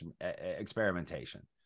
experimentation